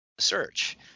search